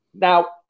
Now